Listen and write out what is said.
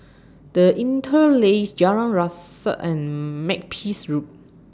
The Interlace Jalan Resak and Makepeace Road